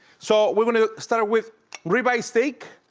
so we're going to start with rib eye steak.